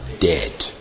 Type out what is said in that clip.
dead